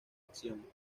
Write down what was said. acción